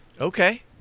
Okay